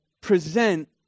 Present